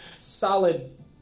solid